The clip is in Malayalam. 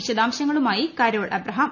വിശദാംശങ്ങളുമായി കരോൾ എബ്രഹാം